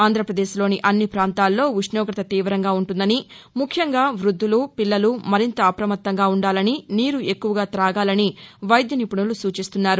ఆంధ్రపదేశ్లోని అన్ని ప్రాంతాల్లో ఉష్ణోగత తీవంగా ఉంటుందని ముఖ్యంగా వృద్దులు పిల్లలు మరింత అప్రమత్తంగా ఉండాలని నీరు ఎక్కువగా తాగాలని వైద్య నిపుణులు సూచిస్తున్నారు